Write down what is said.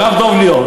הרב דב ליאור.